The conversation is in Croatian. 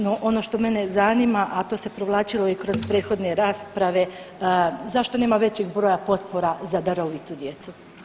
No ono što mene zanima, a to se provlačilo i kroz prethodne rasprave, zašto nema većeg broja potpora za darovitu djecu?